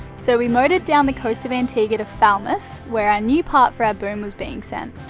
so we motored down the coast of antigua to falmouth where our new part for our boom was being sent.